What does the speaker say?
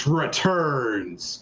returns